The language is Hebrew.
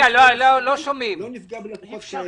לא נפגע בלקוחות כאלה.